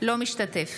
משתתף